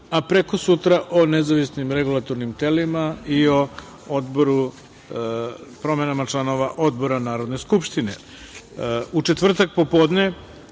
a prekosutra o nezavisnim regulatornim telima i o promenama članova odbora narodne skupštine.U